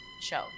show